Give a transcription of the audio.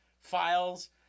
files